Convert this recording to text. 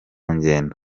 ngendo